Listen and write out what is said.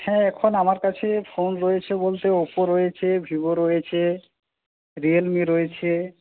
হ্যাঁ এখন আমার কাছে ফোন রয়েছে বলতে ওপ্পো রয়েছে ভিভো রয়েছে রিয়েলমি রয়েছে